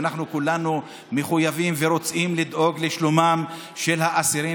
ואנחנו כולנו מחויבים ורוצים לדאוג לשלומם של האסירים